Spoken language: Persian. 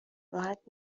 راحت